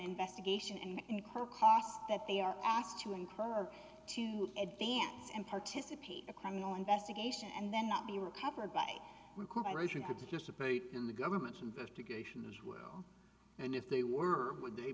investigation and incur costs that they are asked to incur to advance and participate a criminal investigation and then not be recovered by we had to dissipate in the government's investigation as well and if they were would they